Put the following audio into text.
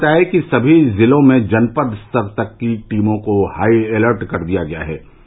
उन्होंने बताया कि सभी जिलों में जनपद स्तर तक की टीमों को हाई एलर्ट कर दिया गया है